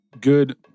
good